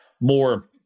more